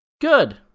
Good